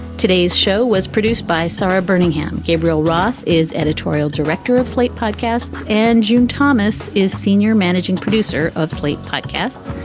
today's show was produced by sara bermingham. gabriel roth is editorial director of slate podcasts and june thomas is senior managing producer of slate podcasts.